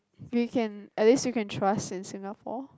we can at least you can trust in Singapore